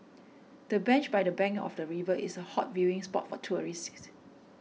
the bench by the bank of the river is a hot viewing spot for tourists